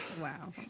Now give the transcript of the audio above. Wow